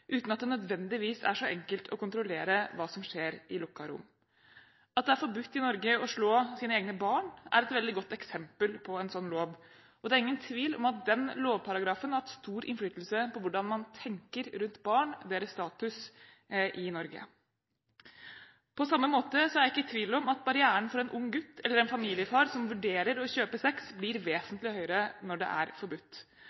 uten at det nødvendigvis er så enkelt å kontrollere hva som skjer i lukkede rom. At det er forbudt i Norge å slå sine egne barn, er et veldig godt eksempel på en sånn lov, og det er ingen tvil om at den lovparagrafen har hatt stor innflytelse på hvordan man tenker rundt barn og deres status i Norge. På samme måte er jeg ikke i tvil om at barrieren for en ung gutt eller en familiefar som vurderer å kjøpe sex, blir